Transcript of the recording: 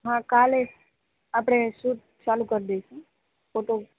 હા કાલે આપડે સૂટ કરી દેસું ફોટો